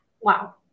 Wow